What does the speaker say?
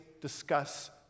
discuss